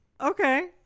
Okay